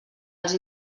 els